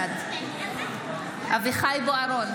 בעד אביחי אברהם בוארון,